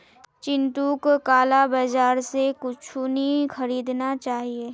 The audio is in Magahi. चिंटूक काला बाजार स कुछू नी खरीदना चाहिए